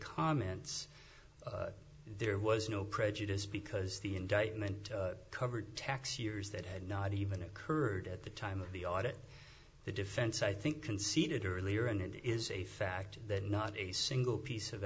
comments there was no prejudice because the indictment covered tax years that had not even occurred at the time of the audit the defense i think conceded earlier and it is a fact that not a single piece of